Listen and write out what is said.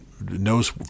knows